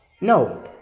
No